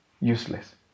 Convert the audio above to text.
useless